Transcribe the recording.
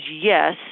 yes